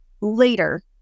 later